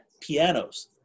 pianos